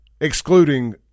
excluding